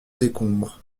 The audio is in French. décombres